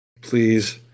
Please